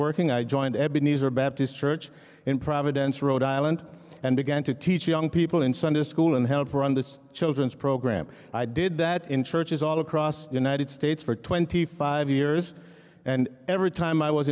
working i joined ebenezer baptist church in providence rhode island and began to teach young people in sunday school and help run this children's program i did that in churches all across the united states for twenty five years and every time i was